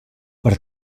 per